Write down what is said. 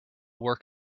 work